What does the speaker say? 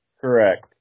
Correct